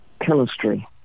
chemistry